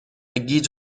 گیج